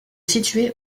situé